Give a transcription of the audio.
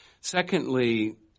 Secondly